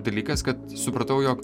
dalykas kad supratau jog